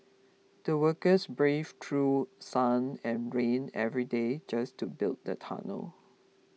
the workers braved through sun and rain every day just to build the tunnel